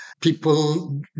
People